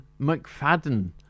McFadden